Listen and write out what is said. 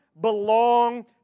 belong